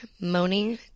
moaning